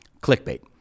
Clickbait